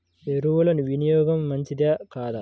ఎరువుల వినియోగం మంచిదా కాదా?